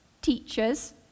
teachers